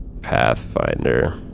Pathfinder